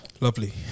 Lovely